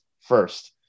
first